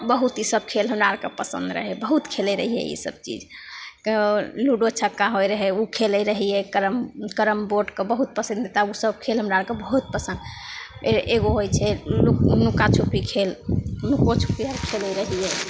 बहुत ईसब खेल हमरा आओरके पसन्द रहै बहुत खेलै रहिए ईसब चीज लूडो छक्का होइ रहै ओ खेलै रहिए करम कैरम बोर्डके बहुत पसन्दीदा ओसब खेल हमरा आओरके बहुत पसन्द एगो होइ छै लु नुकाछुपी खेल नुकोछुपी हम खेलै रहिए